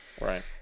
right